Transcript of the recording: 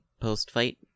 post-fight